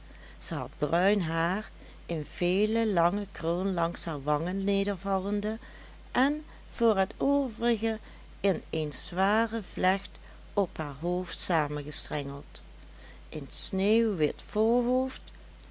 had bruin haar in vele lange krullen langs haar wangen nedervallende en voor het overige in een zware vlecht op haar hoofd saamgestrengeld een sneeuwwit voorhoofd